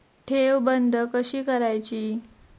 ठेव बंद कशी करायची?